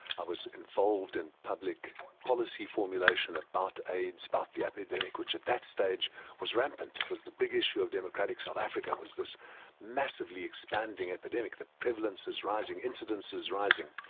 i was involved in public policy formulation about aids, about the epidemic, which at that stage was rampant, it was the big issue of democratic south africa, was this massively expanding epidemic, the prevalence is rising, the incidence is rising.